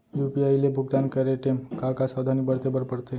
UPI ले भुगतान करे टेम का का सावधानी बरते बर परथे